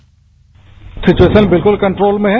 bite situation बिलकुल control में है